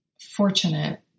fortunate